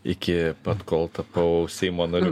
iki pat kol tapau seimo nariu